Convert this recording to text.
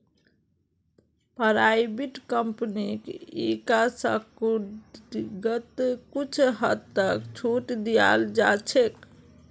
private कम्पनीक डिस्काउंटिंगत कुछ हद तक छूट दीयाल जा छेक